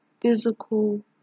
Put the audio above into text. physical